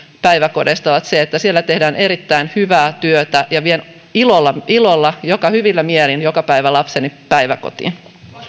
päiväkodeista ovat että siellä tehdään erittäin hyvää työtä ja vien ilolla ilolla hyvillä mielin joka päivä lapseni päiväkotiin